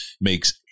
makes